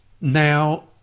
now